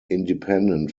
independent